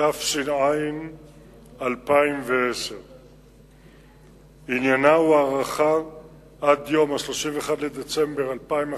התש"ע 2010. עניינה הוא הארכה עד יום 31 בדצמבר 2011